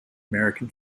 american